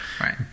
Right